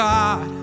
God